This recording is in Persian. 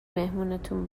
مهمونتون